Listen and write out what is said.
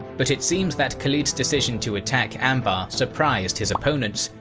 but it seems that khalid's decision to attack anbar surprised his opponents,